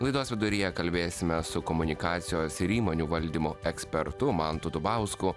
laidos viduryje kalbėsime su komunikacijos ir įmonių valdymo ekspertu mantu dubausku